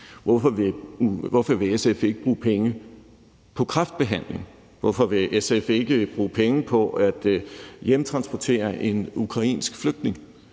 Hvorfor vil SF ikke bruge penge på kræftbehandling? Hvorfor vil SF ikke bruge penge på at hjemtransportere en ukrainsk flygtning?